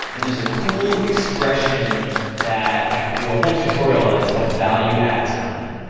and there's a cool expression that i could do a whole tutorial on, it's called value at time.